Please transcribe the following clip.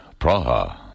Praha